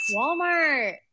Walmart